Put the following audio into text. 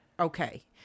Okay